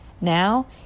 Now